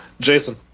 Jason